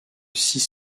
six